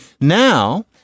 Now